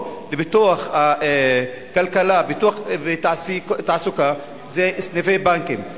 לפיתוח הכלכלה והתעסוקה זה סניפי בנקים.